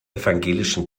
evangelischen